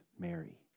Mary